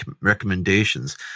recommendations